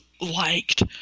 liked